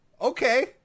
okay